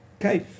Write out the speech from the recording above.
Okay